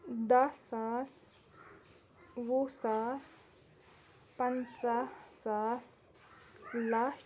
دَہ ساس وُہ ساس پَنٛژاہ ساس لَچھ